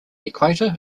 equator